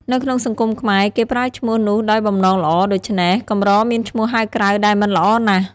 នៅក្នុងសង្គមខ្មែរ គេប្រើឈ្មោះនោះដោយបំណងល្អ ដូច្នេះ កម្រមានឈ្មោះហៅក្រៅដែលមិនល្អណាស់។